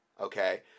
Okay